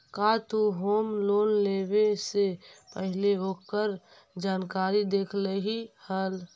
का तु home loan लेवे से पहिले ओकर जानकारी देखलही हल?